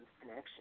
connection